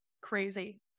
crazy